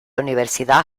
universidad